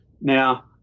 Now